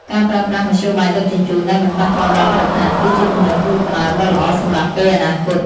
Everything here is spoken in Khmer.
ការប្រើប្រាស់មធ្យោបាយដឹកជញ្ជូនដែលមិនប៉ះពាល់ដល់បរិស្ថាន គឺជាគំនិតផ្តួចផ្តើមដ៏ល្អសម្រាប់ពេលអនាគត។